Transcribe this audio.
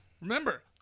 Remember